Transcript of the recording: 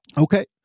Okay